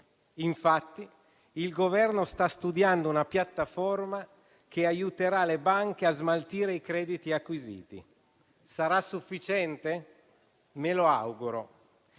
Infatti, il Governo sta studiando una piattaforma che aiuterà le banche a smaltire i crediti acquisiti. Sarà sufficiente? Me lo auguro,